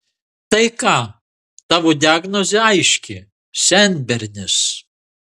tai ką tavo diagnozė aiški senbernis